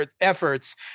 efforts